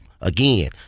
again